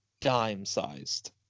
dime-sized